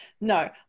no